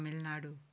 Tamil Nadu